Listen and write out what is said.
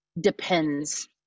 depends